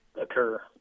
occur